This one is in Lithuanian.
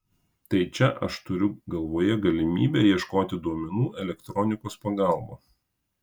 tai čia aš turiu galvoje galimybę ieškoti duomenų elektronikos pagalba